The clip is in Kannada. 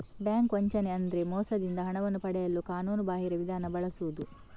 ಬ್ಯಾಂಕ್ ವಂಚನೆ ಅಂದ್ರೆ ಮೋಸದಿಂದ ಹಣವನ್ನು ಪಡೆಯಲು ಕಾನೂನುಬಾಹಿರ ವಿಧಾನ ಬಳಸುದು